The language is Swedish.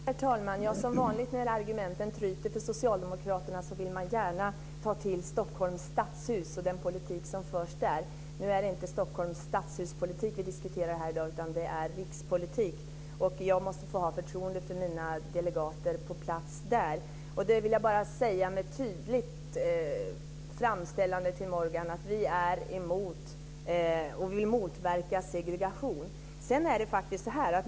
Herr talman! Som vanligt när argumenten tryter för socialdemokraterna vill man gärna ta till Stockholms stadshus och den politik som förs där. Nu är det inte politiken i Stockholms stadshus vi diskuterar här i dag utan det är rikspolitiken, och jag måste få ha förtroende för mina delegater på plats. Jag vill bara tydligt framställa för Morgan att vi är emot och vill motverka segregation.